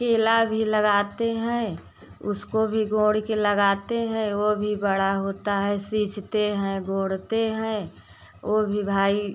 केला भी लगाते हैं उसको भी गोंड़ के लगाते हैं वो भी बड़ा होता है सींचते हैं गोड़ते हैं ओ भी भाई